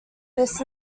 this